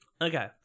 Okay